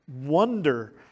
wonder